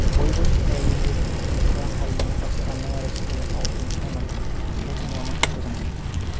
बयबो इयुन जोलैनि सुबुंफ्रा हारिमुनि फारसे अननाय आरो सिबिनायखौ दिन्थिनांगोन बेखिनियानो गोजोन्थों